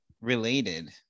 related